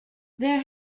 there